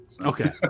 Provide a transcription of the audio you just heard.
Okay